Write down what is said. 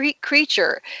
creature